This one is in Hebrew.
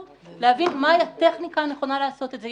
כדי להבין מהי הטכניקה הנכונה לעשות את זה.